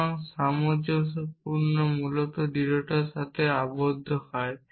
সুতরাং সামঞ্জস্যতা মূলত দৃঢ়তার সাথে আবদ্ধ হয়